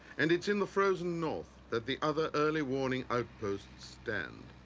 and it's in the frozen north that the other early warning outposts stand.